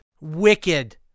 Wicked